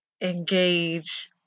engage